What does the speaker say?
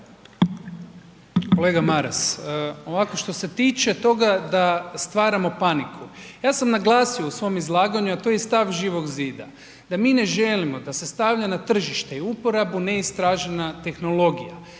Kolega Maras, ovako što se tiče toga da stvaramo paniku, ja sam naglasio u svom izlaganju, a to je i stav Živog zida da mi ne želimo da se stavlja na tržište i uporabu neistražena tehnologija.